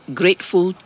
grateful